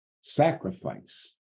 sacrifice